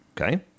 okay